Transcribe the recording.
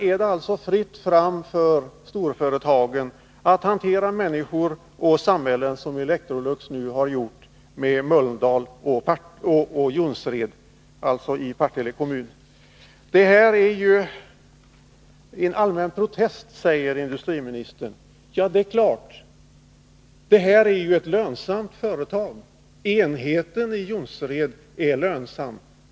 Är det fritt fram för storföretagen att hantera människor och samhällen som Electrolux nu har gjort med Mölndal och Jonsered i Partille kommun? Det här är ju en allmän protest, säger industriministern. Ja, det är klart. Det här är ju ett lönsamt företag. Enheten i Jonsered är lönsam.